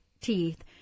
teeth